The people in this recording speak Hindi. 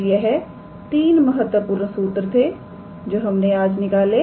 तोयह 3 महत्वपूर्ण सूत्र थे जो हमने आज निकाले